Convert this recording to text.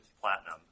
platinum